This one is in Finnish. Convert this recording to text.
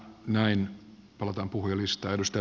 näin palataan puhujalistaan